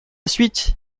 suite